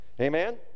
Amen